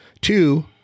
two